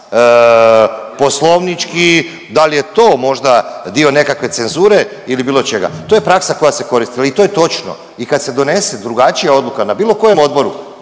poslovnički, da li je to možda dio nekakve cenzure ili bilo čega. To je praksa koja se koristila i to je točno i kad se donese drugačija odluka na bilo kojem odboru